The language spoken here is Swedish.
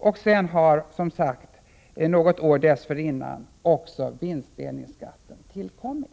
Dessutom har, som sagt, något år dessförinnan också vinstdelningsskatten tillkommit.